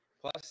Plus